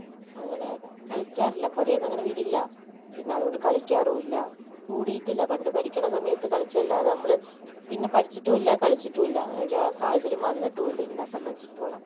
അങ്ങനെ കളിക്കാറില്ല പുരയിൽ നിന്ന് അങ്ങനെ വിടില്ല പിന്നെ അത്കൊണ്ട് കളിക്കാറുമില്ല കൂടിയിട്ടില്ല പണ്ട് പഠിക്കുന്ന സമയത്ത് കളിച്ചതല്ലാതെ നമ്മള് പിന്നെ പഠിച്ചിട്ടുമില്ല കളിച്ചിട്ടുമില്ല അങ്ങനൊരു സാഹചര്യം വന്നിട്ടുമില്ല എന്നെ സംബന്ധിച്ചിടത്തോളം